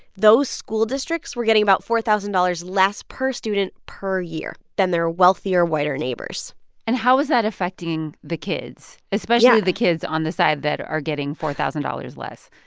those school districts were getting about four thousand dollars less per student per year than their wealthier, whiter neighbors and how is that affecting the kids, especially the kids on the side that are getting four thousand dollars less?